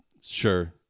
Sure